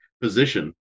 position